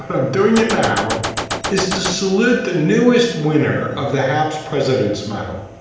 but i'm doing it now is to salute the newest winner of the haps president's medal.